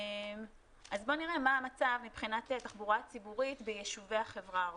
בואו נראה מה המצב מבחינת תחבורה ציבורית ביישובי החברה הערבית.